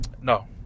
no